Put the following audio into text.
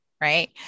right